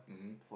mmhmm